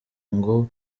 ngo